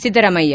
Siddaramaiah